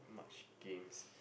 much games